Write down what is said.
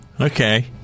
Okay